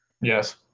Yes